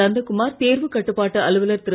நந்தகுமார் தேர்வு கட்டுப்பாட்டு அலுவலர் திரு